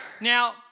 Now